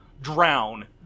drown